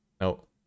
No